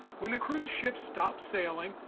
when the cruise ship stop sailing.